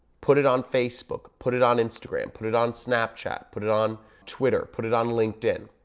put it on facebook, put it on instagram, put it on snapchat, put it on twitter, put it on linkedin.